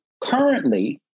currently